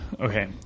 Okay